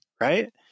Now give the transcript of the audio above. right